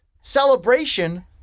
celebration